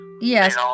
Yes